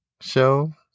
show